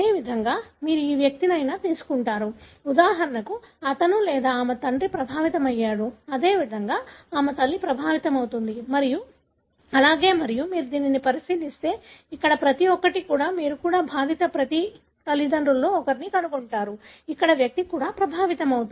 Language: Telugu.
అదేవిధంగా మీరు ఏ వ్యక్తినైనా తీసుకుంటారు ఉదాహరణకు అతని లేదా ఆమె తండ్రి ప్రభావితమయ్యారు అదేవిధంగా ఆమె తల్లి ప్రభావితమవుతుంది మరియు అలాగే మరియు మీరు దీనిని పరిశీలిస్తే ఇక్కడ ప్రతి ఒక్కటి కూడా మీరు కూడా బాధిత ప్రతి ఒక్కరి తల్లిదండ్రులలో ఒకరిని కనుగొంటారు ఇక్కడ వ్యక్తి కూడా ప్రభావితమవుతాడు